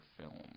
film